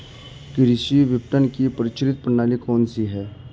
कृषि विपणन की प्रचलित प्रणाली कौन सी है?